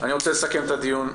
אני רוצה לסכם את הדיון.